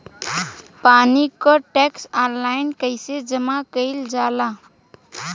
पानी क tax online कईसे जमा कईल जाला?